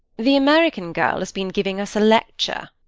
the american girl has been giving us a lecture.